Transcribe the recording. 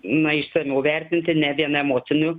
na išsamiau vertinti ne vien emociniu